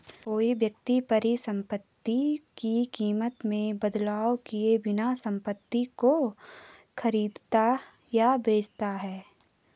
कोई व्यक्ति परिसंपत्ति की कीमत में बदलाव किए बिना संपत्ति को खरीदता या बेचता है